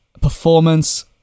performance